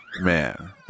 Man